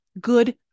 good